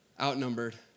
outnumbered